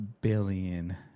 billion